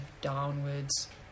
downwards